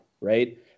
right